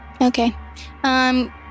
Okay